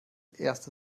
erste